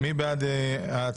מי בעד ההצעה?